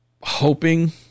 Hoping